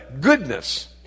goodness